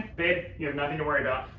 babe, you have nothing to worry about.